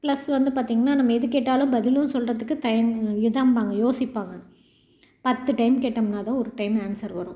plus வந்து பார்த்திங்கன்னா நம்ம எது கேட்டாலும் பதிலும் சொல்லுறதுக்கு தயங் இதாம்பாங்க யோசிப்பாங்க பத்து டைம் கேட்டோம்னால் தான் ஒரு டைம் ஆன்சர் வரும்